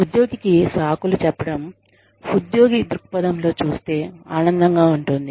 ఉద్యోగికి సాకులు చెప్పడం ఉద్యోగి దృక్పథం లో చూస్తే ఆనందంగా ఉంటుంది